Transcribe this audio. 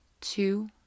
two